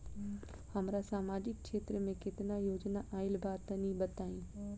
हमरा समाजिक क्षेत्र में केतना योजना आइल बा तनि बताईं?